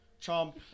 Chomp